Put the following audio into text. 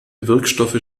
wirkstoffe